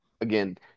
Again